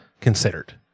considered